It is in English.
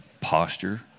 posture